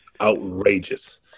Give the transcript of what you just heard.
outrageous